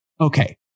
okay